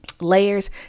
Layers